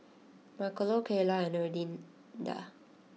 Marcello Kyla and Erlinda